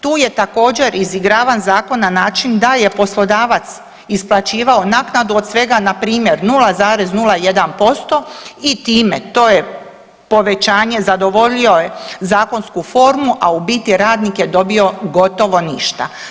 Tu je također izigravan zakon na način da je poslodavac isplaćivao naknadu od svega npr. 0,01% i time to je povećanje zadovoljio je zakonsku formu a u biti radnik je dobio gotovo ništa.